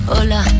hola